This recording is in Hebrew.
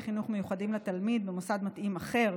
חינוך מיוחדים לתלמיד במוסד מתאים אחר,